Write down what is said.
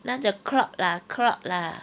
那种 clog lah clog lah